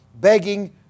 begging